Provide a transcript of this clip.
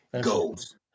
goes